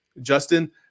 Justin